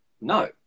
No